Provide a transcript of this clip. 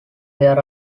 there